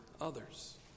others